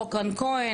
חוק רן כהן,